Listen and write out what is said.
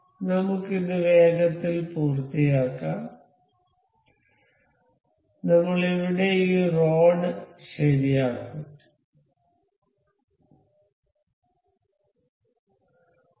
നമുക്ക് ഇത് വേഗത്തിൽ പൂർത്തിയാക്കാം നമ്മൾ ഇവിടെ ഈ റോഡ് ശരിയാക്കും